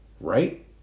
right